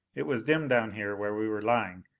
it was dim down here where we were lying,